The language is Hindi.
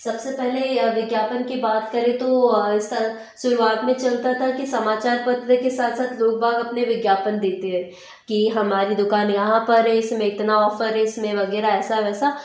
सबसे पहले विज्ञापन की बात करें तो स शुरुआत में चलता था कि समाचार पत्र के साथ साथ लोगबाग़ अपने विज्ञापन देते हैं कि हमारी दुकान यहाँ पर है इस में इतना ऑफर है इसमें वगेरह ऐसा वैसा